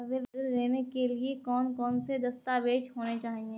ऋण लेने के लिए कौन कौन से दस्तावेज होने चाहिए?